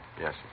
Yes